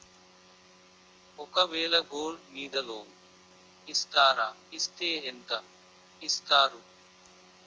ఒక వేల గోల్డ్ మీద లోన్ ఇస్తారా? ఇస్తే ఎంత ఇస్తారు?